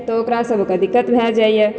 तऽ ओकरा सभकऽ दिक्कत भए जाय यऽ